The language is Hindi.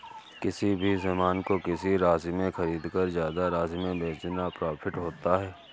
किसी भी सामान को किसी राशि में खरीदकर ज्यादा राशि में बेचना प्रॉफिट होता है